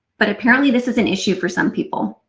but apparently this is an issue for some people.